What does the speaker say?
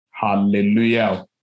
Hallelujah